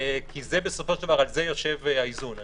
כי על זה בסופו של דבר יושב האיזון.